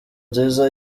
nziza